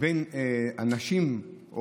בין אנשים,